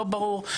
לא ברור,